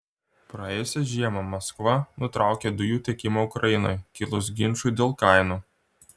praėjusią žiemą maskva nutraukė dujų tiekimą ukrainai kilus ginčui dėl kainų